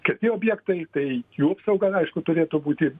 kiti objektai tai jų apsauga na aišku turėtų būti